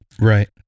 Right